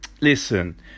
listen